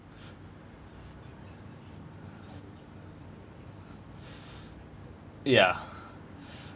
ya